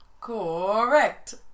Correct